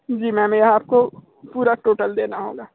जी ma'am यह आपको पूरा टोटल देना होगा